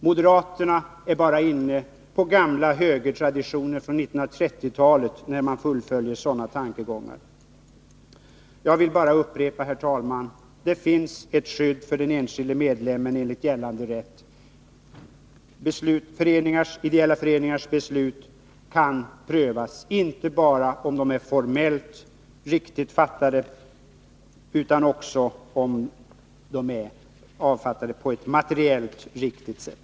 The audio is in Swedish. Moderaterna är bara inne på gamla högertraditioner från 1930-talet när de fullföljer sådana tankegångar. Herr talman! Jag vill bara upprepa att det finns ett skydd för den enskilde medlemmen enligt gällande rätt. Ideella föreningars beslut kan prövas, inte bara huruvida de är formellt riktigt fattade utan också om de är fattade på ett materiellt riktigt sätt.